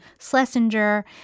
Schlesinger